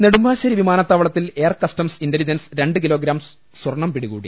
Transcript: നെടുമ്പാശ്ശേരി വിമാനത്താവളത്തിൽ air customs intelligence രണ്ടു kilogram സ്വർണ്ണം പിടികൂടി